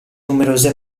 numerose